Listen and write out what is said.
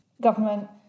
government